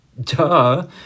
Duh